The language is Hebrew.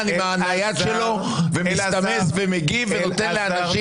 עם היד שלו ומסתמס ומגיב ונותן לאנשים